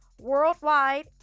worldwide